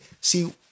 see